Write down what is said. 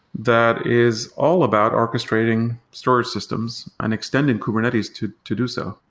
that is all about orchestrating storage systems and extend in kubernetes to to do so.